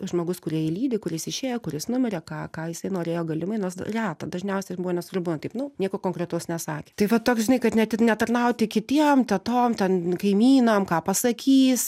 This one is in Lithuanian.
žmogus kurie jį lydi kuris išėjo kuris numirė ką ką jisai norėjo galimai nors reta dažniausiai žmonės ir būna taip nu nieko konkretaus nesakė tai va toks žinai kad net netarnauti kitiem tetom ten kaimynam ką pasakys